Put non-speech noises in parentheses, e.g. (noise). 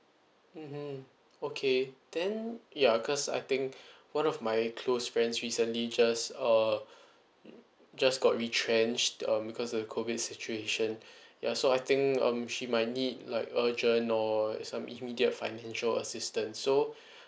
mmhmm okay then yeah because I think (breath) one of my very close friends recently just uh (breath) just got retrenched um because of the COVID situation (breath) yeah so I think um she might need like urgent or some immediate financial assistance so (breath)